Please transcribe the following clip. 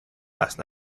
last